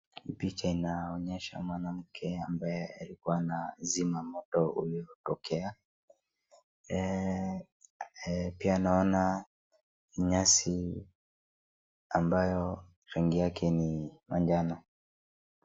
Picha inaonyesha mwanamke ambaye alikuwa anazima moto uliotokea, pia naona nyasi ambayo rangi yake ni manjano.